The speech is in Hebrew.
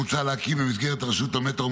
מוצע להקים במסגרת רשות המטרו,